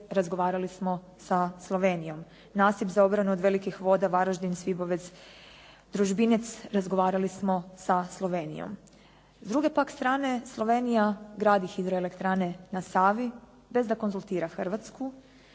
razgovarali smo sa Slovenijom. Nasip za obranu velikih voda Varaždin Svibovec Družbinec razgovarali smo sa Slovenijom. S druge pak strane Slovenija gradi hidroelektrane na Savi bez da konzultira Hrvatsku,